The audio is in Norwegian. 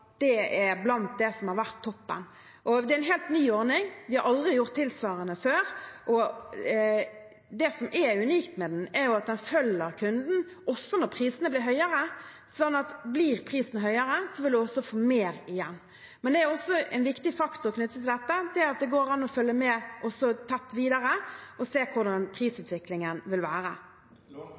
det er omkring det som har vært toppen. Det er en helt ny ordning. Vi har aldri gjort tilsvarende før. Det som er unikt med den, er at den følger kunden også når prisene blir høyere, sånn at blir prisen høyere, vil man også få mer igjen. Det er også en viktig faktor knyttet til dette. Det går an å følge tett med videre og se hvordan prisutviklingen vil være.